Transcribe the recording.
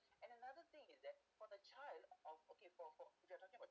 and another thing is that for the child o~ okay for for you're talking about